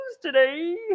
today